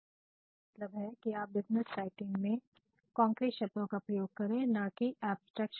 मेरा मतलब है है कि आप बिज़नेस राइटिंग में कंक्रीट शब्दों का प्रयोग करें ना कि एब्स्ट्रैक्ट